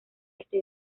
este